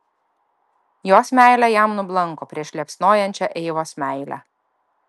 jos meilė jam nublanko prieš liepsnojančią eivos meilę